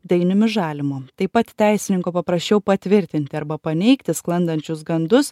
dainiumi žalimu taip pat teisininko paprašiau patvirtinti arba paneigti sklandančius gandus